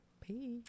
peace